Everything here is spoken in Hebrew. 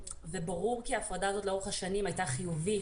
ברור כי ההפרדה הזאת לאורך השנים הייתה חיובית